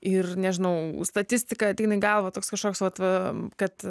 ir nežinau statistika ateina į galvą toks kažkoks vat va kad